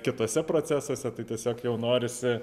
kituose procesuose tai tiesiog jau norisi